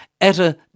Etta